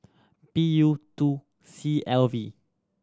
P U two C L V